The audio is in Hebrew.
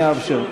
אני אאפשר.